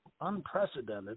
unprecedented